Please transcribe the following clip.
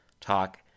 talk